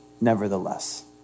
Nevertheless